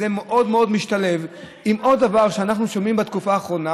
זה מאוד מאוד משתלב עם עוד דבר שאנחנו שומעים בתקופה האחרונה,